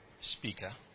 speaker